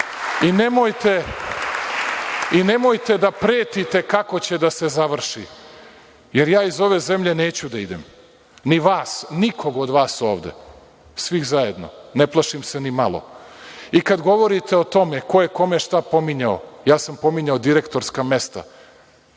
Srbije. Nemojte da pretite kako će da se završi, jer ja iz ove zemlje neću da idem. Ni vas, nikog od vas ovde, svih zajedno, ne plašim se ni malo. Kad govorite o tome ko je kome šta pominjao, ja sam pominjao direktorska mesta,